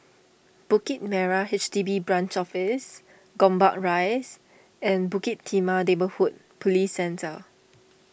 Bukit Merah H D B Branch Office Gombak Rise and Bukit Timah Neighbourhood Police Centre